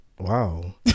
Wow